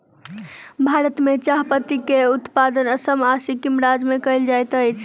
भारत में चाह पत्ती के उत्पादन असम आ सिक्किम राज्य में कयल जाइत अछि